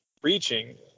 preaching